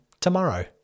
tomorrow